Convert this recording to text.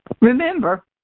Remember